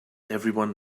everyone